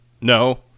No